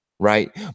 Right